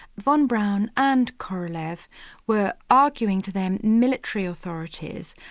von braun and korolev were arguing to their military authorities,